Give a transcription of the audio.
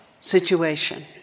situation